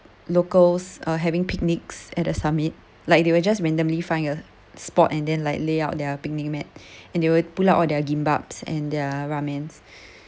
locals are having picnics at the summit like they were just randomly find a spot and then like lay out their picnic mat and they would pull out all their gimbaps and their ramens